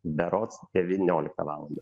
berods devynioliktą valandą